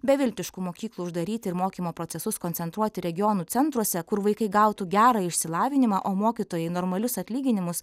beviltiškų mokyklų uždaryti ir mokymo procesus koncentruoti regionų centruose kur vaikai gautų gerą išsilavinimą o mokytojai normalius atlyginimus